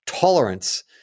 tolerance